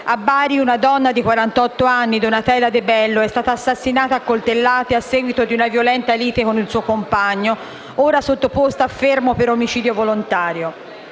A Bari, una donna di quarantotto anni, Donatella De Bello, è stata assassinata a coltellate a seguito di una violenta lite con il suo compagno, ora sottoposto a fermo per omicidio volontario.